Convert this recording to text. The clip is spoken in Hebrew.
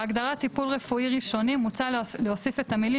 בהגדרה "ארגון עזר למתן טיפול רפואי ראשוני" מוצע להוסיף את המילים